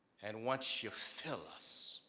and once you fill us,